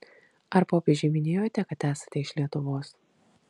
ar popiežiui minėjote kad esate iš lietuvos